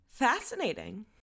fascinating